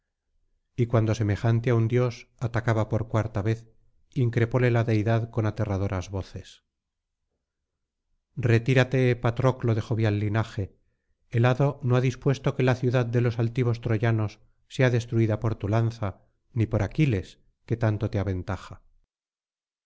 y cuando semejante á un dios atacaba por cuarta vez increpóle la deidad con aterradoras voces retírate patroclo de jovial linaje el hado no ha dispuesto que la ciudad de los altivos troyanos sea destruida por tu lanza ni por aquiles que tanto te aventaja